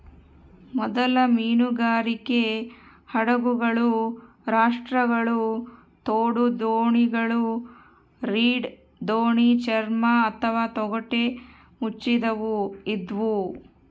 ಮೊದಲ ಮೀನುಗಾರಿಕೆ ಹಡಗುಗಳು ರಾಪ್ಟ್ಗಳು ತೋಡುದೋಣಿಗಳು ರೀಡ್ ದೋಣಿ ಚರ್ಮ ಅಥವಾ ತೊಗಟೆ ಮುಚ್ಚಿದವು ಇದ್ವು